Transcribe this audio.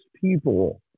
people